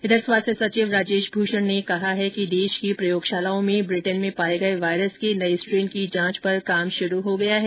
इधर स्वास्थ्य सचिव राजेश भूषण ने कहा कि देश की प्रयोगशालाओं में ब्रिटेन में पाए गए वायरस के नए स्ट्रेन की जांच पर काम शुरू हो गया है